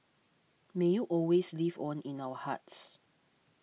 may you always live on in our hearts